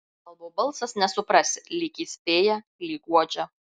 albo balsas nesuprasi lyg įspėja lyg guodžia